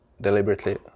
deliberately